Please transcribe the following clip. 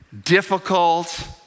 difficult